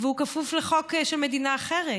והוא כפוף לחוק של מדינה אחרת,